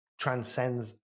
transcends